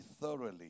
thoroughly